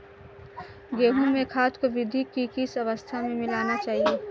गेहूँ में खाद को वृद्धि की किस अवस्था में मिलाना चाहिए?